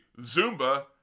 Zumba